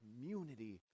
community